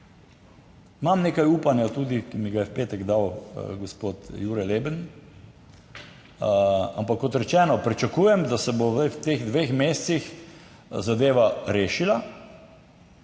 Imam nekaj upanja tudi, ki mi ga je v petek dal gospod Jure Leben, ampak kot rečeno, pričakujem, da se bo zdaj v teh dveh mesecih zadeva rešila,